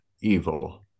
evil